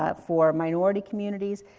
ah for minority communities.